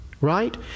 right